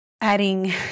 adding